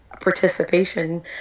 participation